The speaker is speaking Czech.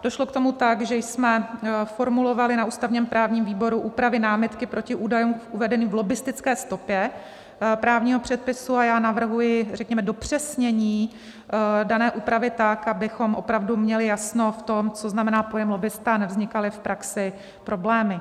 Došlo k tomu tak, že jsme formulovali na ústavněprávním výboru úpravy námitky proti údajům uvedeným v lobbistické stopě právního předpisu, a já navrhuji řekněme dopřesnění dané úpravy tak, abychom opravdu měli jasno v tom, co znamená pojem lobbista, a nevznikaly v praxi problémy.